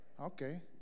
Okay